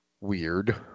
Weird